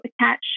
attach